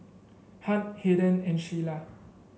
Hunt Haden and Sheila